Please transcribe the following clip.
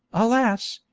alas!